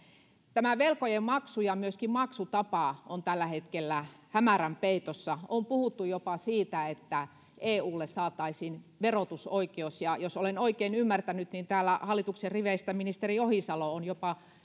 tämä velkojen maksu ja myöskin maksutapa ovat tällä hetkellä hämärän peitossa on puhuttu jopa siitä että eulle saataisiin verotusoikeus ja jos olen oikein ymmärtänyt niin täällä hallituksen riveistä ministeri ohisalo on jopa